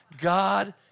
God